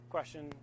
Question